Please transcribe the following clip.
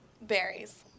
Berries